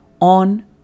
on